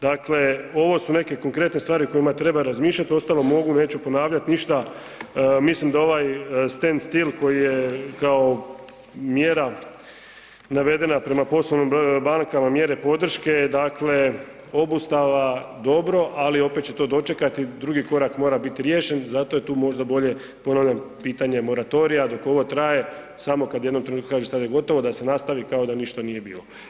Dakle, ovo su neke konkretne stvari o kojima treba razmišljat, uostalom mogu, neću ponavljat ništa, mislim da ovaj STEM stil koji je kao mjera navedena prema … [[Govornik se ne razumije]] mjere podrške, dakle obustava dobro, ali opet će to dočekati, drugi korak mora bit riješen, zato je tu možda bolje, ponavljam pitanje moratorija dok ovo traje samo kad u jednom trenutku kažeš stvar je gotova da se nastavi kao da ništa nije bilo.